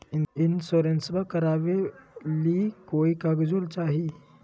इंसोरेंसबा करबा बे ली कोई कागजों चाही?